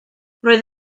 roedd